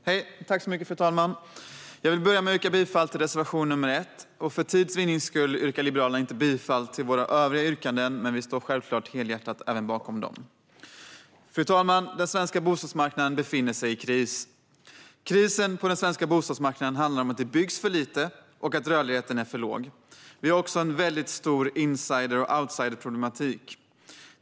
Fru talman! Jag vill börja med att yrka bifall till reservation nr 1. För tids vinnande yrkar jag inte bifall till Liberalernas övriga yrkanden men står självklart helhjärtat bakom även dem. Fru talman! Den svenska bostadsmarknaden befinner sig i kris. Krisen på den svenska bostadsmarknaden handlar om att det byggs för lite och att rörligheten är för låg. Det finns också en väldigt stor insider-outsider-problematik.